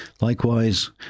Likewise